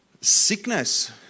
sickness